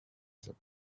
said